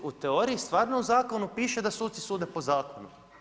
U teoriji stvarno u zakonu piše da suci sude po zakonu.